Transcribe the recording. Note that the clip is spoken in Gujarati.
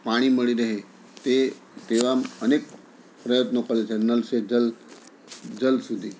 પાણી મળી રહે તે તેવા અનેક પ્રયત્નો કરે છે નલ સે જલ જલ સુધી